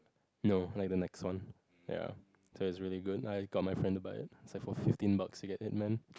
no like the next one ya so it's really good I got my friend to buy it save for fifteen bucks to get it man